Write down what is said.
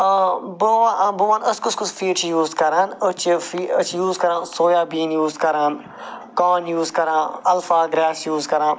بہٕ بہٕ وَنہٕ أسۍ کُس کُس فیٖڈ چھِ یوٗز کَران أسۍ چھِ أسۍ چھِ یوٗز کران سویا بیٖن یوٗز کران کان یوٗز کَران الفا گرٛاس یوٗز کران